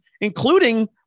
including